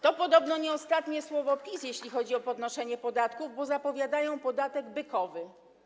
To podobno nie ostatnie słowo PiS, jeśli chodzi o podnoszenie podatków, bo zapowiadają podatek bykowy.